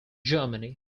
germany